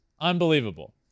Unbelievable